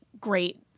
great